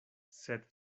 sed